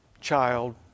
child